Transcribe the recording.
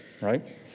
right